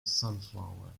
sunflower